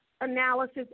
analysis